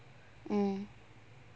mm